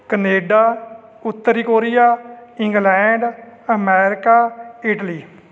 Canada ਉੱਤਰੀ Korea England America Italy